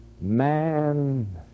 Man